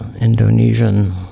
Indonesian